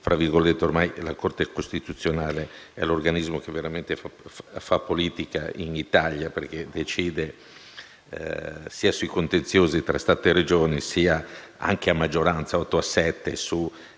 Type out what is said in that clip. ormai la Corte costituzionale è l'organismo che veramente fa politica in Italia, perché decide sia sui contenziosi tra Stato e Regioni, sia, anche a maggioranza (otto a